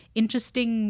interesting